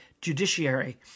judiciary